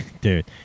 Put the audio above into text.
Dude